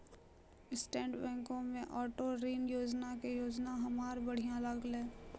state बैंको के auto ऋण योजना के योजना हमरा बढ़िया लागलै